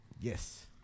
Yes